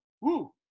Woo